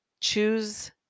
Choose